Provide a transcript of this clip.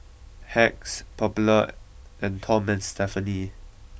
Hacks Popular and Tom and Stephanie